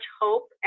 hope